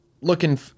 looking